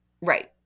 Right